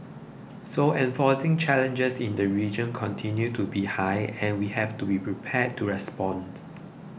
so enforcing challenges in the region continue to be high and we have to be prepared to respond